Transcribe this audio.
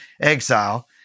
exile